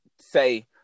say